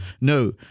No